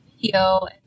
video